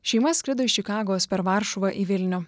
šeima skrido iš čikagos per varšuvą į vilnių